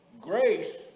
grace